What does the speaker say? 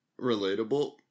relatable